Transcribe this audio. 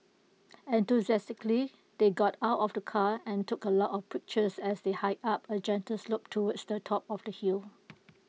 enthusiastically they got out of the car and took A lot of pictures as they hiked up A gentle slope to slop top of the hill